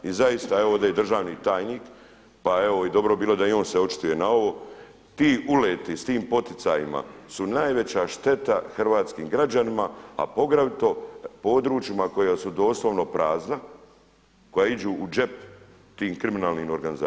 I zaista evo ovdje je i državni tajnik, pa evo i dobro bi bilo da i on se očituje na ovo, ti uleti sa tim poticajima su najveća šteta hrvatskim građanima a poglavito područjima koja su doslovno prazna, koja idu u džep tim kriminalnim organizacijama.